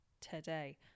today